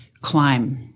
climb